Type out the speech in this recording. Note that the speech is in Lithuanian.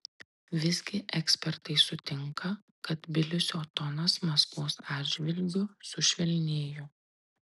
visgi ekspertai sutinka kad tbilisio tonas maskvos atžvilgiu sušvelnėjo